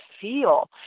feel